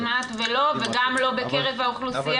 כמעט ולא, וגם לא בקרב האוכלוסייה